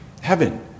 Heaven